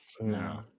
no